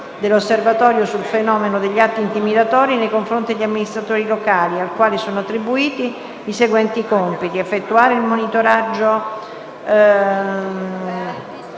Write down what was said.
dell'Osservatorio sul fenomeno degli atti intimidatori nei confronti degli amministratori locali, al quale sono attribuiti i seguenti compiti: *a)* effettuare il monitoraggio